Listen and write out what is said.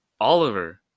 Oliver